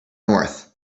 north